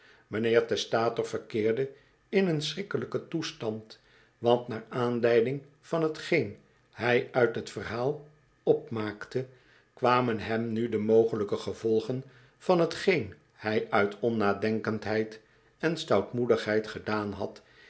mijnheer testator verkeerde in een sehrikkelijken toestand want naar aanleiding van t geen hij uit t verhaal opmaakte kwamen hem nu de mogelijke gevolgen van t geen hij uit onnadenkendheid en stoutmoedigheid gedaan had